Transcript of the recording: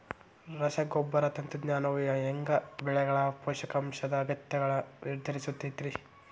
ರಸಗೊಬ್ಬರ ತಂತ್ರಜ್ಞಾನವು ಹ್ಯಾಂಗ ಬೆಳೆಗಳ ಪೋಷಕಾಂಶದ ಅಗತ್ಯಗಳನ್ನ ನಿರ್ಧರಿಸುತೈತ್ರಿ?